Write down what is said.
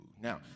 Now